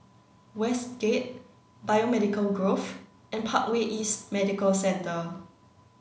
Westgate Biomedical Grove and Parkway East Medical Centre